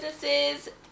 businesses